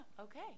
okay